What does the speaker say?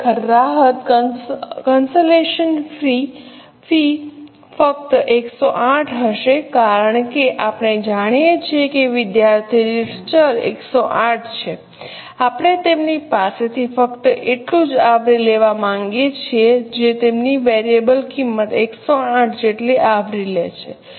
ખરેખર રાહતકન્સેશનલ ફી ફક્ત 108 હશે કારણ કે આપણે જાણીએ છીએ કે વિદ્યાર્થી દીઠ ચલ કિંમત 108 છે આપણે તેમની પાસેથી ફક્ત એટલું જ આવરી લેવા માંગીએ છીએ જે તેમની વેરીએબલ કિંમત 108 જેટલી આવરી લે છે